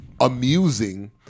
amusing